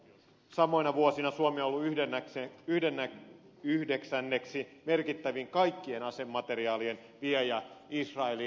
samoina vuosina suomi on ollut yhdeksänneksi merkittävin kaikkien asemateriaalien viejä israeliin